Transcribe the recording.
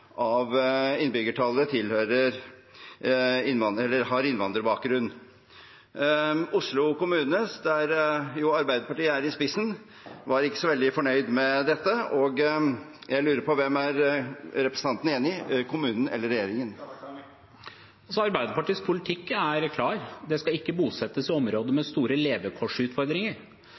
av innbyggertallet har innvandrerbakgrunn. Oslo kommune, der Arbeiderpartiet er i spissen, var ikke så veldig fornøyd med dette, og jeg lurer på hvem representanten er enig med – kommunen eller regjeringen? Arbeiderpartiets politikk er klar: Det skal ikke bosettes i områder med store levekårsutfordringer.